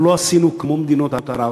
אנחנו לא עשינו כמו מדינות ערב,